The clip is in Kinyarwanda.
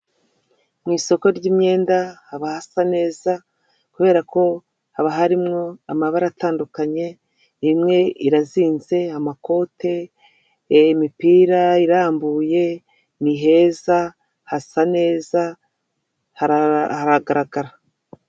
Mu isoko ry'imyenda haba hasa neza, kubera ko haba harimo amabara atandukanye. Imwe irazinze amakote, mipira irambuye, ni heza hasa neza harahagaragara.